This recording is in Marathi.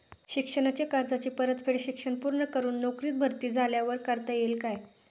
शिक्षणाच्या कर्जाची परतफेड शिक्षण पूर्ण करून नोकरीत भरती झाल्यावर करता येईल काय?